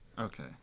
Okay